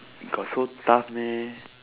got so tough meh